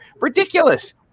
Ridiculous